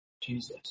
Jesus